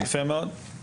יפה מאוד.